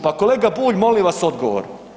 Pa kolega Bulj, molim vas odgovor.